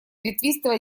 ветвистого